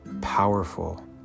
powerful